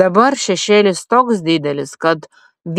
dabar šešėlis toks didelis kad